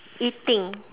eating